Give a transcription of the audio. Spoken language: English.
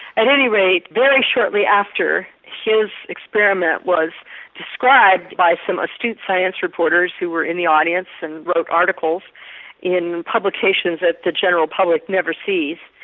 at any rate very shortly after his experiment was described by some astute science reporters who were in the audience and wrote articles in publications that the general public never sees,